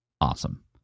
Awesome